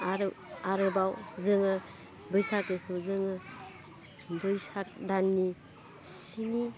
आरो आरोबाव जोङो बैसागोखो जोङो बैसाग दाननि स्नि